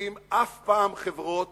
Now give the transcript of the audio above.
אף פעם חברות